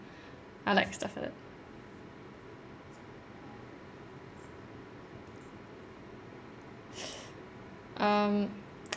I like stuff like that um